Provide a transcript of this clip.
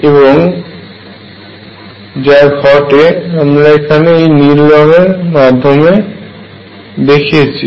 এবং এর ফলে আমরা এখানে এই নীল রং এর মাধ্যমে এটির পরিবর্তনকে দেখিয়েছি